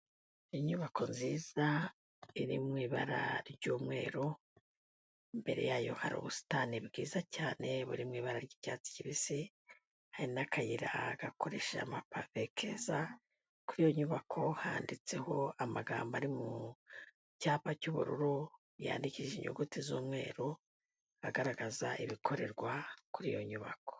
Inyubako nziza iri mu ibara ry'umweru, imbere yayo hari ubusitani bwiza cyane buri mu ibara ry'icyatsi kibisi, hari n'akayira gakoresheje amapave keza, kuri iyo nyubako handitseho amagambo ari mu cyapa cy'ubururu yandikishije inyuguti z'umweru, agaragaza ibikorerwa kuri iyo nyubako.